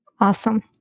Awesome